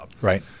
Right